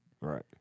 right